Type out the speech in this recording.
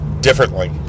differently